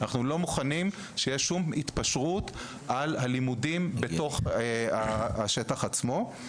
אנחנו לא מוכנים שתהיה שום התפשרות על הלימודים בתוך השטח עצמו.